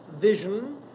vision